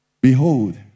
behold